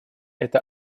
это